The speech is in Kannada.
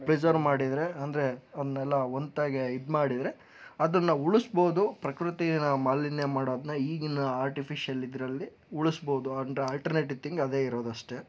ಪ್ರಿಸರ್ವ್ ಮಾಡಿದರೆ ಅಂದರೆ ಅವನ್ನೆಲ್ಲ ಒನ್ತಾಗೆ ಇದು ಮಾಡಿದರೆ ಅದನ್ನು ಉಳಿಸ್ಬೋದು ಪ್ರಕೃತಿನ ಮಾಲಿನ್ಯ ಮಾಡೋದನ್ನ ಈಗಿನ ಆರ್ಟಿಫಿಷಿಯಲ್ ಇದರಲ್ಲಿ ಉಳಿಸ್ಬೋದು ಅಂದರೆ ಆಲ್ಟ್ರನೇಟಿವ್ ಥಿಂಗ್ ಅದೇ ಇರೋದು ಅಷ್ಟೇ